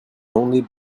only